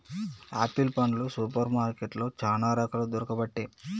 apple పండ్లు super మార్కెట్లో చానా రకాలు దొరుకబట్టె